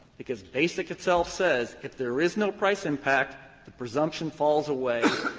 because basic itself says if there is no price impact, the presumption falls away,